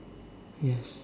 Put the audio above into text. yes